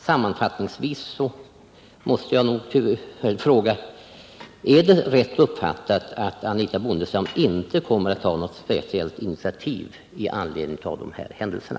Sammanfattningsvis måste jag tyvärr fråga: Är det rätt uppfattat att Anitha Bondestam inte kommer att ta något speciellt initiativ i anledning av de här händelserna?